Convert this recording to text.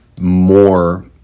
more